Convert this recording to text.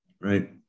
right